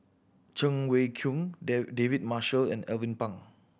Cheng Wei Keung David Marshall and Alvin Pang